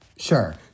Sure